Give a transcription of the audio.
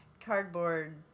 cardboard